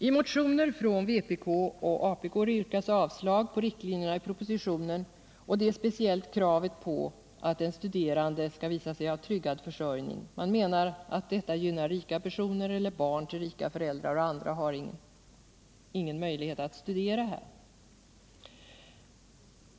I motioner från vpk och apk yrkas avslag på riktlinjerna i propositionen, speciellt kravet på att den studerande skall visa sig ha tryggad försörjning. Man menar att detta gynnar rika personer eller barn till rika föräldrar. Andra har ingen möjlighet att studera i Sverige.